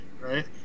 Right